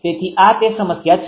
તેથી આ તે સમસ્યા છે